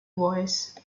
voice